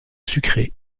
sucré